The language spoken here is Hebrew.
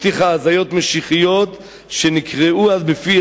הבטיחה הזיות משיחיות שנקראו אז בפי